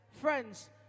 friends